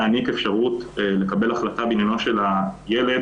להעניק אפשרות לקבל החלטה בעניינו של הילד